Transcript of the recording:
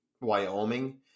Wyoming